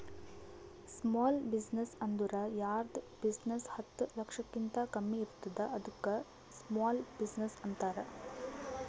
small business ಅಂದುರ್ ಯಾರ್ದ್ business ಹತ್ತ ಲಕ್ಷಕಿಂತಾ ಕಮ್ಮಿ ಇರ್ತುದ್ ಅದ್ದುಕ ಸ್ಮಾಲ್ ಬಿಜಿನೆಸ್ ಅಂತಾರ